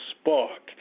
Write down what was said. spark